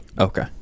okay